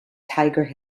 tiger